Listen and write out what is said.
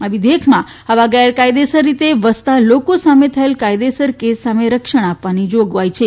આ વિધેયકમાં આવા ગેરકાયદેસરરીતે વસતા લોકો સામે થયેલ કાયદેસર કેસ સામે રક્ષણ આપવાની જોગવાઈ છે